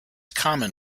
common